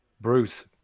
Bruce